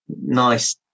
nice